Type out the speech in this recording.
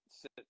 sit